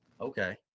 Okay